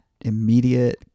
immediate